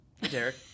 Derek